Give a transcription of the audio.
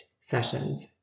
sessions